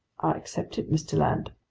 accept it, mr. land.